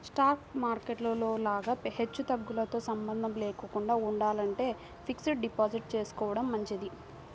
stock market లో లాగా హెచ్చుతగ్గులతో సంబంధం లేకుండా ఉండాలంటే ఫిక్స్డ్ డిపాజిట్ చేసుకోడం మంచిది